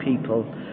people